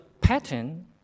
pattern